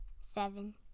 Seven